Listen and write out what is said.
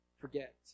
forget